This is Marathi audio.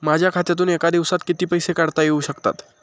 माझ्या खात्यातून एका दिवसात किती पैसे काढता येऊ शकतात?